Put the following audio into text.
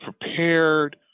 prepared